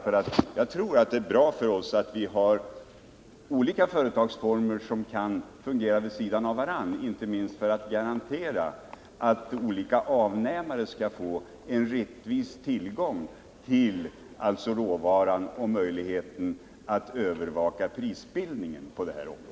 Jag tror nämligen att det är bra för oss att ha olika företagsformer som fungerar vid sidan av varandra, inte minst för att vi skall kunna garantera att olika avnämare får en rättvis tillgång till råvaran men även för att vi skall få en möjlighet att övervaka prisbildningen på det här området.